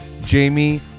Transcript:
Jamie